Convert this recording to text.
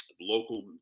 local